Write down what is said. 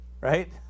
Right